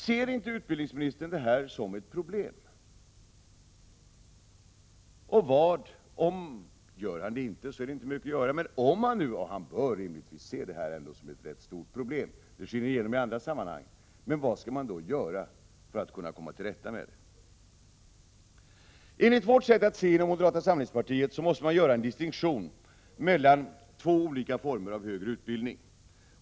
Ser inte utbildningsministern detta som ett problem? Om han inte gör det är det inte mycket att göra åt det, men han bör rimligtvis se detta som ett rätt stort problem. Det lyser igenom i andra sammanhang. Men vad skall man då göra för att komma till rätta med denna situation? Enligt moderata samlingspartiets sätt att se måste man göra en distinktion mellan två olika former av högre utbildning.